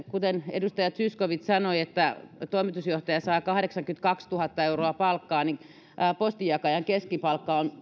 kuten edustaja zyskowicz sanoi toimitusjohtaja saa kahdeksankymmentäkaksituhatta euroa palkkaa kuukaudessa postinjakajan keskipalkka on